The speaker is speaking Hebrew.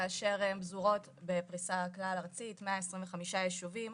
כאשר הן פזורות בפריסה כלל ארצית, 125 יישובים.